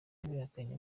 yabihakanye